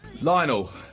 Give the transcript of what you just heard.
Lionel